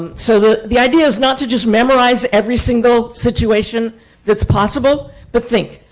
and so the the idea is not to just memorize every single situation that's possible. but think.